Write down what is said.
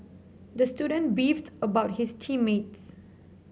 the student beefed about his team mates